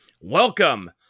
Welcome